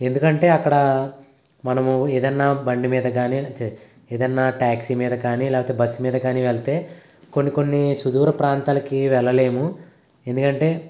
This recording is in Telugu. ఎందుకంటే అక్కడ మనము ఏదన్నా బండి మీద కానీ స్ ఏదన్నా ట్యాక్సీ మీద కానీ లేకపోతే బస్సు మీద కానీ వెళ్తే కొన్ని కొన్ని సుదూర ప్రాంతాలకి వెళ్ళలేము ఎందుకంటే